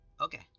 Okay